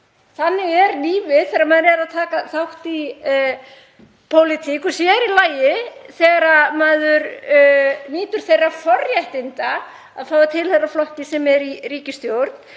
þannig er lífið þegar maður er að taka þátt í pólitík og sér í lagi þegar maður nýtur þeirra forréttinda að fá að tilheyra flokki sem er í ríkisstjórn.